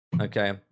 Okay